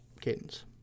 Cadence